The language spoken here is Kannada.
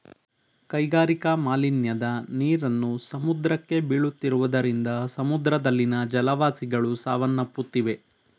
ಕೈಗಾರಿಕಾ ಮಾಲಿನ್ಯದ ನೀರನ್ನು ಸಮುದ್ರಕ್ಕೆ ಬೀಳುತ್ತಿರುವುದರಿಂದ ಸಮುದ್ರದಲ್ಲಿನ ಜಲವಾಸಿಗಳು ಸಾವನ್ನಪ್ಪುತ್ತಿವೆ